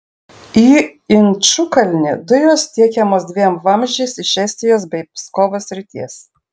į inčukalnį dujos tiekiamos dviem vamzdžiais iš estijos bei pskovo srities